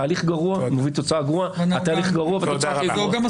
תהליך גרוע מביא תוצאה גרועה; התהליך גרוע והתוצאה תהיה גרועה.